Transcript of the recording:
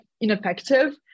Ineffective